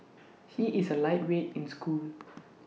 he is A lightweight in school